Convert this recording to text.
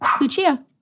Lucia